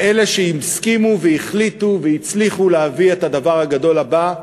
לאלה שהסכימו והחליטו והצליחו להביא את הדבר הגדול הבא,